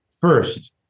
first